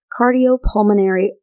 cardiopulmonary